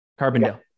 Carbondale